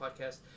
podcast